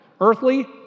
Earthly